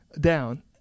down